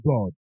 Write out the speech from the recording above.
God